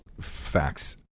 facts